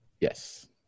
Yes